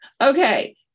Okay